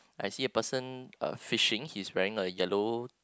I see a person uh fishing he's wearing a yellow